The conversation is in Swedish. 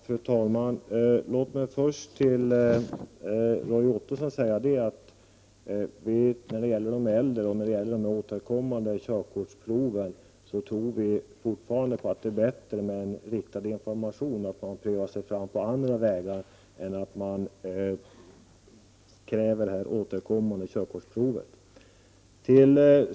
Fru talman! Låt mig först säga till Roy Ottosson att vi fortfarande tror att det är bättre med en riktad information till de äldre bilförarna, att man prövar sig fram på andra vägar, än att kräva återkommande körkortsprov.